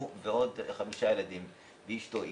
הוא ועוד חמישה ילדים ואשתו.